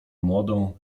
młodą